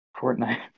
Fortnite